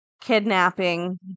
kidnapping